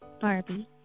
Barbie